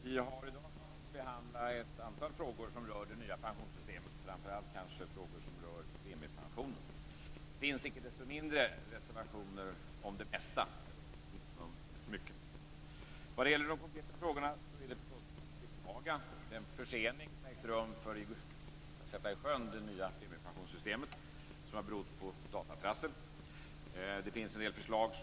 Herr talman! Vi har i dag att behandla ett antal frågor som rör det nya pensionssystemet, kanske framför allt frågor som gäller premiepensioner. Men det finns icke desto mindre reservationer om det mesta eller åtminstone om väldigt mycket. Vad gäller de konkreta frågorna är den försening av sjösättningen av det nya premiepensionssystemet som har berott på datatrassel förstås bara att beklaga.